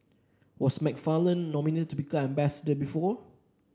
was McFarland nominated to become ambassador before